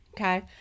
okay